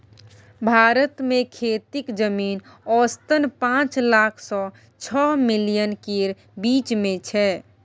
भारत मे खेतीक जमीन औसतन पाँच लाख सँ छअ मिलियन केर बीच मे छै